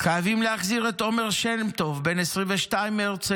חייבים להחזיר את עומר שם טוב, בן 22 מהרצליה,